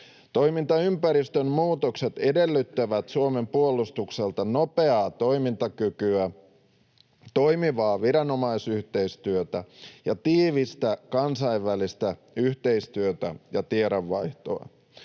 Toimintaympäristön muutokset edellyttävät Suomen puolustukselta nopeaa toimintakykyä, toimivaa viranomaisyhteistyötä ja tiivistä kansainvälistä yhteistyötä ja tiedonvaihtoa.